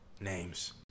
names